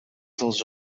dels